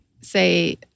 say